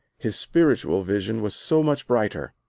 his spiritual vision was so much brighter.